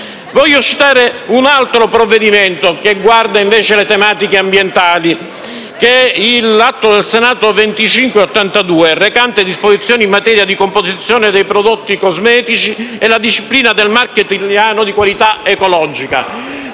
Voglio citare un altro provvedimento, che guarda invece alle tematiche ambientali: l'Atto Senato 2582, recante «Disposizioni in materia di composizione dei prodotti cosmetici e la disciplina del marchio italiano di qualità ecologica».